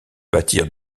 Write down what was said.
bâtir